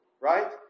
right